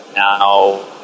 Now